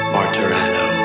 Martirano